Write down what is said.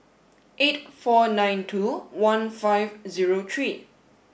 eight four nine two one five zero three